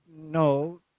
no